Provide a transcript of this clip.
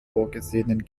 vorgesehenen